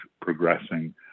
progressing